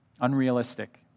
unrealistic